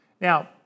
Now